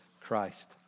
Christ